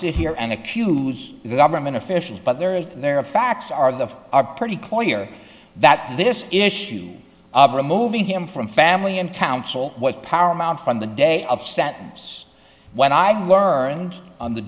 sit here and accuse the government officials but there is their facts are the are pretty clear that this issue of removing him from family and council what power amount from the day of sentence when i learned on the